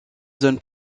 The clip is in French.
zone